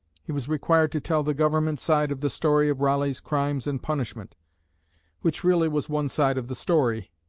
he was required to tell the government side of the story of raleigh's crimes and punishment which really was one side of the story,